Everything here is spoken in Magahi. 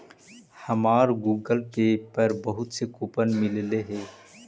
हमारा गूगल पे पर बहुत से कूपन मिललई हे